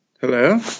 Hello